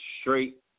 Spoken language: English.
straight